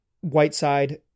Whiteside